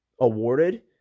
awarded